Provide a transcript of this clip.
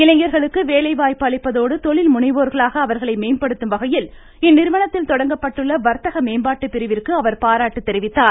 இளைஞர்களுக்கு வேலை வாய்ப்பு அளிப்பதோடு தொழில் முனைவோர்களாக அவர்களை மேம்படுத்தும்வகையில் இந்நிறுவனத்தில் தொடங்கப்பட்டுள்ள வர்த்தக மேம்பாட்டு பிரிவிற்கு அவர் பாராட்டு தெரிவித்தார்